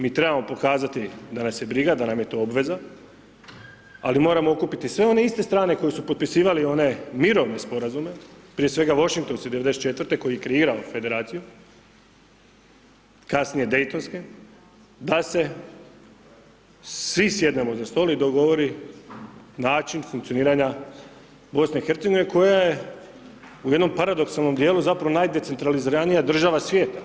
Mi trebamo pokazati da nas je briga, da nam je to obveza, ali moramo okupiti sve one iste strane koje su potpisivale one mirovine sporazume, prije svega Washington '94. koji je kreirao federacije, kasnije Dejtonske, da se svi sjednemo za stol i dogovori način funkcioniranja BIH, koja je u jednom paradoksalnom dijelu zapravo najdecentraliziranijih država svijeta.